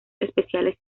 especiales